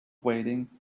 waiting